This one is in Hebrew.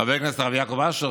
חבר הכנסת הרב יעקב אשר,